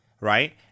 right